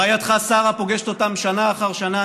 רעייתך שרה פוגשת אותם שנה אחר שנה.